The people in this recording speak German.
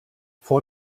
vor